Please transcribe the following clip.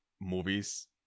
movies